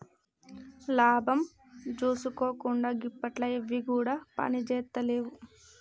లాభం జూసుకోకుండ గిప్పట్ల ఎవ్విగుడ పనిజేత్తలేవు